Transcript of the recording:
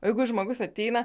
jeigu žmogus ateina